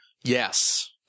Yes